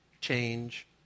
change